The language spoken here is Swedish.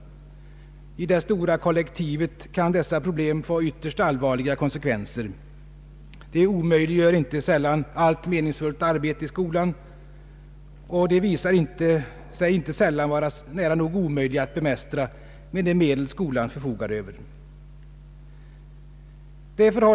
I det stora kollektivet kan dessa problem få ytterst — allvarliga konsekvenser. De omöjliggör inte sällan allt meningsfullt arbete i skolan. De visar sig inte sällan vara nära nog omöjliga att bemästra med de medel skolan förfogar över.